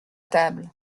table